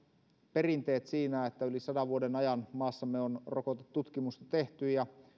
perinteet siinä että yli sadan vuoden ajan maassamme on rokotetutkimusta tehty ja